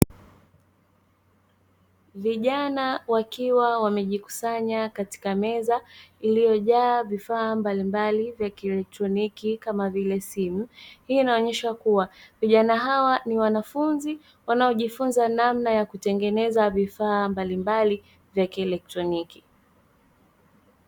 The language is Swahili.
Vijana wakiwa wamejikusanya katika meza, iliyojaa vifaa mbalimbali vya kielektroniki kama vile simu, hii inaonyesha kuwa vijana hawa ni wanafunzi wanaojifunza namna ya kutengeneza vifaa mbalimbali vya kielektroniki.